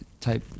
Type